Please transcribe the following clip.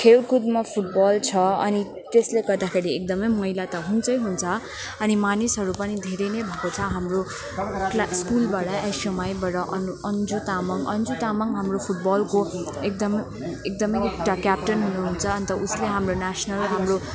खेलकुदमा फुटबल छ अनि त्यसले गर्दाखेरि एकदमै मैला त हुन्छै हुन्छ अनि मानिसहरू पनि धेरै नै भएको छ हाम्रो क्लास स्कुलबाट एसयुएमआईबाट अनु अन्जु तामाङ अन्जु तामाङ हाम्रो फुटबलको एकदम एकदमै क्यापटन हुनुहुन्छ अन्त उसले हाम्रो न्यासनल हाम्रो